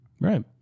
Right